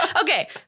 Okay